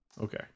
Okay